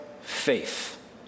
faith